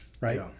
right